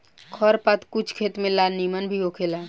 खर पात कुछ खेत में ला निमन भी होखेला